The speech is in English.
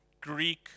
Greek